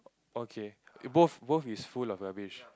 okay both both is full of rubbish